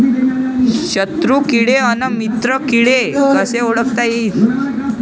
शत्रु किडे अन मित्र किडे कसे ओळखता येईन?